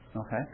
Okay